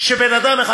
שבן-אדם אחד,